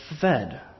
fed